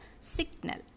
signal